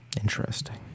Interesting